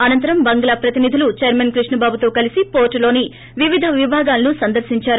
అనంతరం బంగ్లా ప్రతినిధులు చెర్మన్ కృష్ణబాబుతో కలిసి పోర్టులోని వివిధ విభాగాలను సందర్పించారు